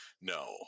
no